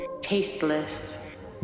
Tasteless